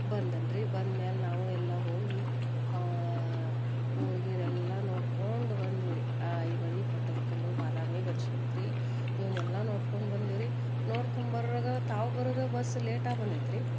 ಬಂದನ ರೀ ಬಂದ ಮ್ಯಾಲ ನಾವು ಎಲ್ಲ ಹೋಗಿ ಊರು ಗೀರು ಎಲ್ಲಾ ನೋಡ್ಕೊಂಡು ಬಂದೀವಿ ರೀ ಆ ಐಹೊಳೆ ಪಟ್ಟದಕಲ್ಲು ಬಾದಾಮಿ ಬನ್ಶಂಕರಿ ಇವ್ನೆಲ್ಲಾ ನೋಡ್ಕೊಂಡು ಬಂದೀವಿ ರೀ ನೋಡ್ಕೊಂಬರ್ರಗ ತಾವು ಬರೋದ ಬಸ್ ಲೇಟಾ ಬಂದೈತಿ ರೀ